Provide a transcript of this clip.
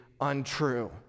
untrue